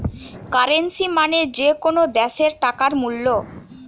currency মানে যে কোনো দ্যাশের টাকার মূল্য